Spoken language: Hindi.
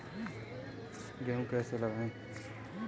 गेहूँ कब लगाएँ?